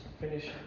finish